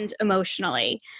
emotionally